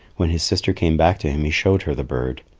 when his sister came back to him, he showed her the bird.